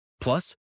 Plus